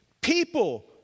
People